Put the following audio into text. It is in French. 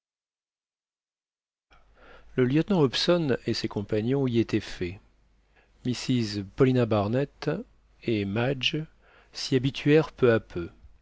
le lieutenant hobson et ses compagnons y étaient faits mrs paulina barnett et magde s'y habituèrent peu à peu